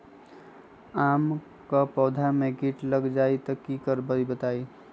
आम क पौधा म कीट लग जई त की करब बताई?